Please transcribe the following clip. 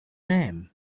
name